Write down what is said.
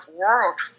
world